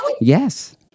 Yes